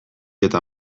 eta